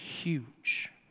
huge